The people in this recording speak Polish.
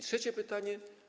Trzecie pytanie.